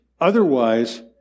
otherwise